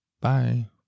Bye